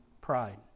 pride